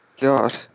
god